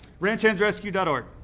RanchhandsRescue.org